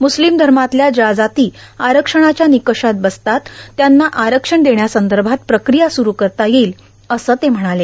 Muslim धमातल्या ज्या जाती आरक्षणाच्या र्ानकषात बसतात त्यांना आरक्षण देण्यासंदभात प्रक्रिया सुरु करता येईल असं ते म्हणाले